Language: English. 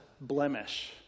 blemish